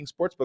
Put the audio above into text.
Sportsbook